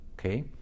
okay